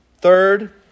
Third